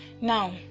Now